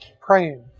praying